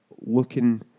Looking